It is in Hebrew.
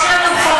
יש לנו חוק-יסוד.